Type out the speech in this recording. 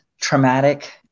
traumatic